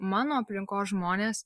mano aplinkos žmonės